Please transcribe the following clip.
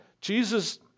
Jesus